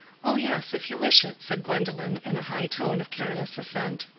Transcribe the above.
oh, yes, if you wish it, said gwendolen, in a high tone of careless assent.